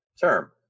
term